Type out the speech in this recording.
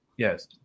Yes